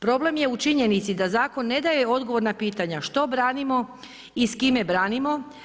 Problem je u činjeni da zakon ne daje odgovor na pitanja što branimo i s kime branimo.